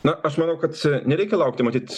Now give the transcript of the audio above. na aš manau kad nereikia laukti matyt